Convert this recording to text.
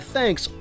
Thanks